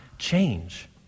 change